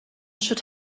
should